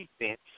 defense